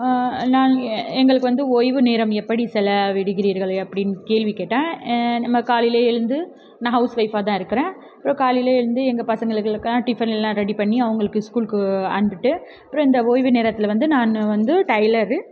நாங்கள் எங்களுக்கு வந்து ஓய்வு நேரம் எப்படி செலவிடுகிறீர்கள் அப்படின்னு கேள்வி கேட்டால் நம்ப காலையில் எழுந்து நான் ஹவுஸ் ஒய்ஃபாக தான் இருக்கிறேன் அப்புறம் காலையில் எழுந்து எங்கள் பசங்களுக்குகாக டிஃபன் எல்லாம் ரெடி பண்ணி அவங்குளுக்கு ஸ்கூலுக்கு அனுப்பிட்டு அப்புறம் இந்த ஓய்வு நேரத்தில் வந்து நான் வந்து டைலர்